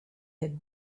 had